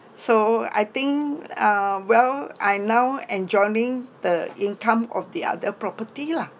so I think ah well I now enjoying the income of the other property lah